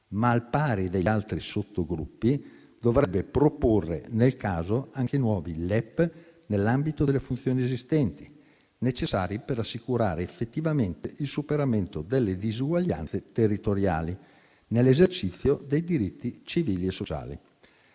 ma al pari degli altri sottogruppi dovrebbe proporre, nel caso, anche nuovi LEP nell'ambito delle funzioni esistenti, necessari per assicurare effettivamente il superamento delle disuguaglianze territoriali nell'esercizio dei diritti civili e sociali.